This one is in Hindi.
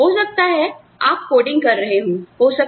तो हो सकता है आप कोडिंग कर रहे हों